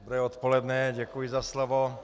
Dobré odpoledne, děkuji za slovo.